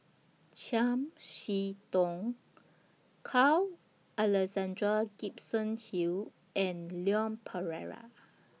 Chiam She Tong Carl Alexander Gibson Hill and Leon Perera